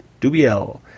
Dubiel